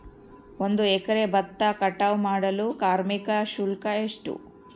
ಒಂದು ಎಕರೆ ಭತ್ತ ಕಟಾವ್ ಮಾಡಲು ಕಾರ್ಮಿಕ ಶುಲ್ಕ ಎಷ್ಟು?